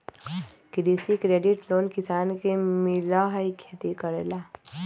कृषि credit loan किसान के मिलहई खेती करेला?